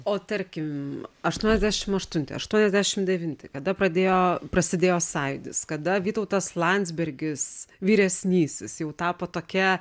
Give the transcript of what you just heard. o tarkim aštuoniasdešim aštunti aštuoniasdešim devinti kada pradėjo prasidėjo sąjūdis kada vytautas landsbergis vyresnysis jau tapo tokia